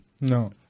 No